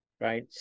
Right